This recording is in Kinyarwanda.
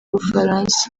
bufaransa